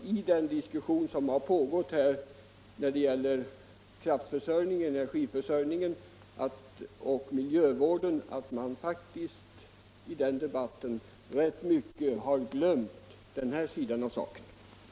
I den diskussion = som har pågått om energiförsörjning och miljövård har man, anser även — Om utbetalningen jag, faktiskt rätt mycket glömt denna sida av problemet. av fraktbidrag